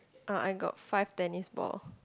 uh I got five tennis balls